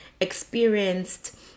experienced